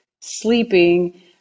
sleeping